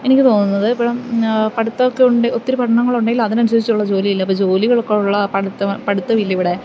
എനിക്കു തോന്നുന്നത് ഇപ്പോഴും പഠിത്തമൊക്കെ ഉണ്ട് ഒത്തിരി പഠനങ്ങളൊക്കെ ഉണ്ടെങ്കിലും അതിനനുസരിച്ചുള്ള ജോലിയില്ല അപ്പോള് ജോലികൾക്കുള്ള പഠിത്തം പഠിത്തമില്ലിവിടെ